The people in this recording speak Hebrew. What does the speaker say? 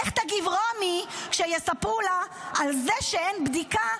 איך תגיב רומי כשיספרו לה על זה שאין בדיקה,